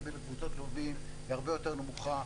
ולקבוצות לווים היא הרבה יותר נמוכה.